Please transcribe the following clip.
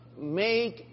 make